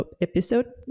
episode